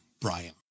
Brian